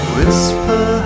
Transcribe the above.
Whisper